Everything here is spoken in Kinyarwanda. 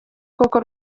koko